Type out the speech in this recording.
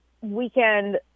weekend